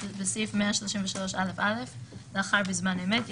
בסעיף 133א(א) המוצע לאחר "בזמן אמת"